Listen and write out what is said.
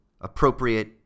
appropriate